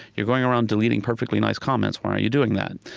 you're going around deleting perfectly nice comments. why are you doing that?